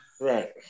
right